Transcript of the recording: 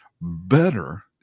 better